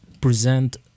present